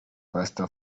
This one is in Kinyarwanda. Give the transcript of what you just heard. pastor